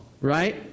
right